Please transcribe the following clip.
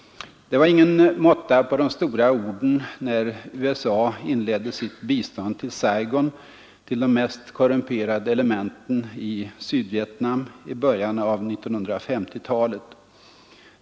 Det var ingen måtta på de stora orden när USA inledde sitt bistånd till Saigon, till de mest korrumperade elementen i Sydvietnam, i början av 1950-talet.